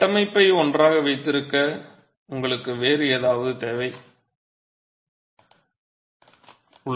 எனவே கட்டமைப்பை ஒன்றாக வைத்திருக்க உங்களுக்கு வேறு ஏதாவது தேவை உள்ளதா